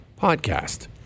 podcast